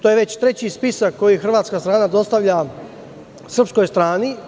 To je već treći spisak koji hrvatska strana dostavlja srpskoj strani.